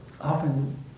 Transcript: often